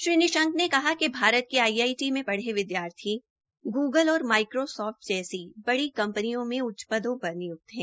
श्री निशंक ने कहा कि भारत के आईआईटी में पढ़े विद्यार्थी गूगल और माईक्रो सोफ्ट जैसी बड़ी कंपनियों में उच्च पदों पर निय्क्त है